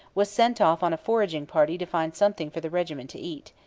was sent off on a foraging party to find something for the regiment to eat.